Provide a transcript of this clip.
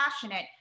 passionate